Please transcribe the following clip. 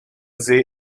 see